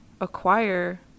acquire